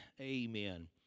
Amen